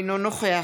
אינו נוכח